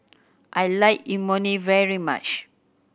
I like Imoni very much